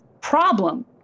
problem